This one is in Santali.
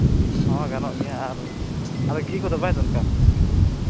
ᱦᱚᱸ ᱜᱟᱱᱚᱜ ᱜᱮᱭᱟ ᱟᱨ ᱟᱫᱚ ᱜᱷᱤ ᱠᱚᱫᱚ ᱵᱟᱭ ᱫᱚᱨᱠᱟᱨᱟ